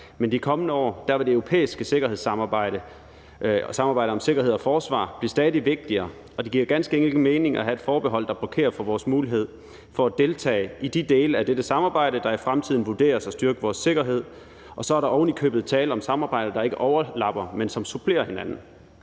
men i de kommende år vil det europæiske samarbejde om sikkerhed og forsvar blive stadig vigtigere, og det giver ganske enkelt ikke mening at have et forbehold, der blokerer for vores mulighed for at deltage i de dele af dette samarbejde, der i fremtiden vurderes at styrke vores sikkerhed, og så er der ovenikøbet tale om et samarbejde, der ikke overlapper, men som supplerer hinanden.